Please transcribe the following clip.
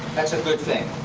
that's a good thing.